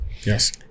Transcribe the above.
Yes